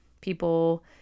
people